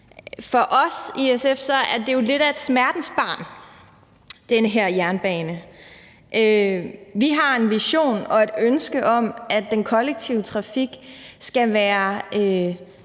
For os i SF er den her jernbane jo lidt af et smertensbarn. Vi har en vision og et ønske om, at den kollektive trafik skal være